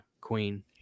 Queen